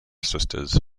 sisters